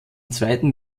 zweiten